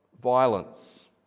violence